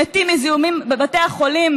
שמתים מזיהומים בבתי החולים